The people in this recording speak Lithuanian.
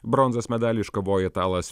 bronzos medalį iškovojo italas